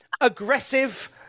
aggressive